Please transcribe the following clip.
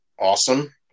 Awesome